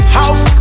house